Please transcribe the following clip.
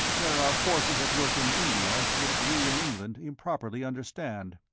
there are forces at work in india which we in england improperly understand.